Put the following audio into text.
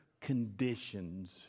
conditions